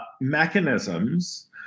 mechanisms